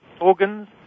organs